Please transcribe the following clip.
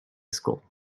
school